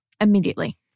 Immediately